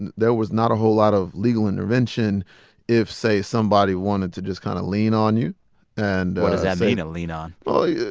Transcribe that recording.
and there was not a whole lot of legal intervention if, say, somebody wanted to just kind of lean on you and what does that mean, to lean on? well, yeah